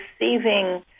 receiving